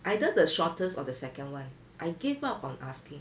either the shortest or the second one I gave up on asking